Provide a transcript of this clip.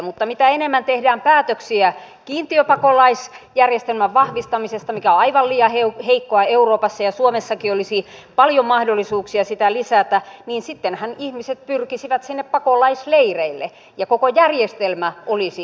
mutta mitä enemmän tehdään päätöksiä kiintiöpakolaisjärjestelmän vahvistamisesta mikä on aivan liian heikkoa euroopassa ja suomessakin olisi paljon mahdollisuuksia sitä lisätä niin sittenhän ihmiset pyrkisivät sinne pakolaisleireille ja koko järjestelmä olisi hallitumpi